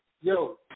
Yo